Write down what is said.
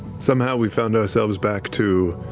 somehow, we found ourselves back to.